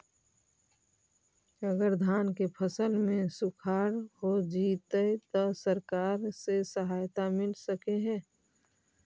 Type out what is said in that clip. अगर धान के फ़सल में सुखाड़ होजितै त सरकार से सहायता मिल सके हे?